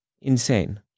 insane